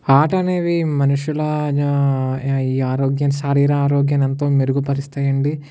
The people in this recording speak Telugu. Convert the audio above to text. ఆట అనేది మనుషుల ఈ ఆరోగ్య శరీర ఆరోగ్యాన్ని ఎంతో మెరుగుపరుస్తాయి అండి